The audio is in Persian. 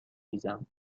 ریزم